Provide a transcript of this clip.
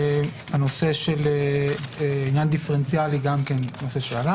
הנושא של עניין דיפרנציאלי גם עלה.